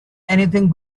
anything